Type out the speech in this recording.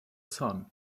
son